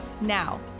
Now